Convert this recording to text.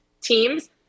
teams